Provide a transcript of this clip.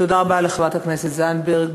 תודה רבה לחברת הכנסת זנדברג.